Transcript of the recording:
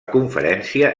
conferència